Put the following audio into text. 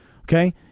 Okay